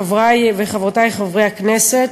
תודה, חברי וחברותי חברי הכנסת,